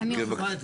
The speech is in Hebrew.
אין.